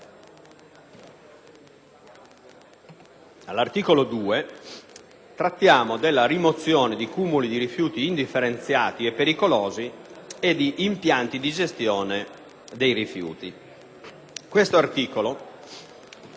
L'articolo 2 tratta della rimozione di cumuli di rifiuti indifferenziati e pericolosi e di impianti di gestione dei rifiuti. Questo articolo,